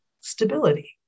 stability